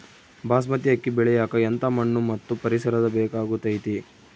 ಬಾಸ್ಮತಿ ಅಕ್ಕಿ ಬೆಳಿಯಕ ಎಂಥ ಮಣ್ಣು ಮತ್ತು ಪರಿಸರದ ಬೇಕಾಗುತೈತೆ?